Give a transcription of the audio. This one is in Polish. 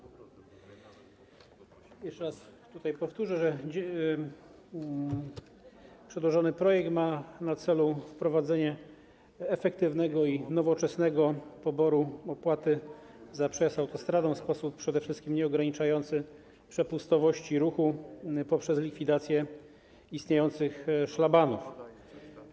Powtórzę, że przedłożony projekt ma na celu wprowadzenie efektywnego i nowoczesnego poboru opłat za przejazd autostradą w sposób przede wszystkim nieograniczający przepustowości ruchu poprzez likwidację istniejących szlabanów.